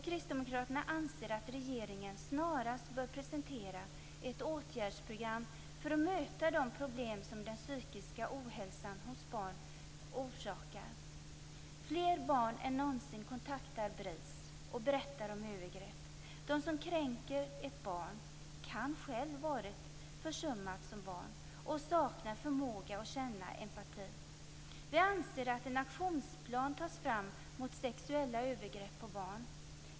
Kristdemokraterna anser att regeringen snarast bör presentera ett åtgärdsprogram för att möta de problem som den psykiska ohälsan hos barn orsakar. Fler barn än någonsin kontakter BRIS och berättar om övergrepp. Den som kränker ett barn kan själv ha varit försummad som barn och saknar förmåga att känna empati. Vi anser att en aktionsplan bör tas fram mot sexuella övergrepp på barn.